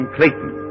Clayton